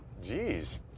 Jeez